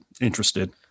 interested